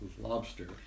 lobster